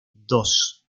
dos